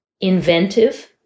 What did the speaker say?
Inventive